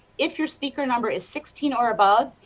if your speaker number is sixteen or above,